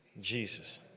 Jesus